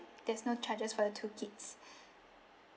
there's no charges for the two kids